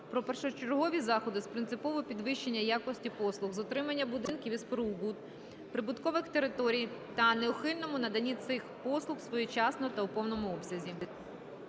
"Про першочергові заходи з принципового підвищення якості послуг з утримання будинків і споруд, прибудинкових територій та неухильному наданні цих послуг своєчасно та у повному обсязі".